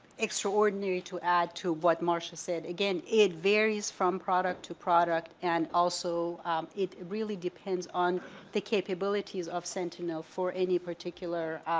extraordinary to add to what marsha said again it varies from product to product and also it really depends on the capabilities of sentinel for any particular